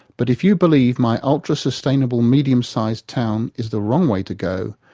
but if you believe my ultra-sustainable medium-sized town is the wrong way to go,